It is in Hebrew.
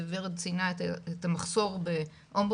ורד ציינה את המחסור באומבוצמן,